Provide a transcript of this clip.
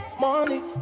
money